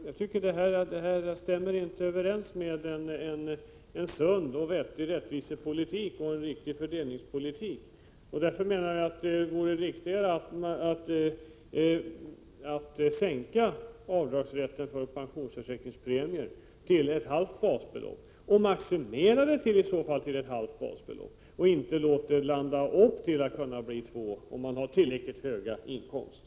Jag tycker inte att detta stämmer överens med en sund och vettig rättvisepolitik och en riktig fördelningspolitik. Det vore riktigare, menar jag, att sänka avdragsrätten för pensionsförsäkringspremier till ett halvt basbelopp och i så fall maximera det till detta belopp och inte tillåta avdrag på upp till två basbelopp för dem som har tillräckligt höga inkomster.